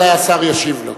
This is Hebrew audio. ודאי השר ישיב לו.